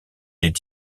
est